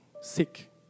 sick